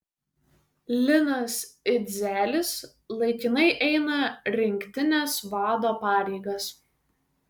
linas idzelis laikinai eina rinktinės vado pareigas